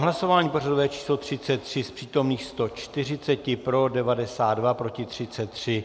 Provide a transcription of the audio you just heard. Hlasování pořadové číslo 33, z přítomných 140 pro 92, proti 33.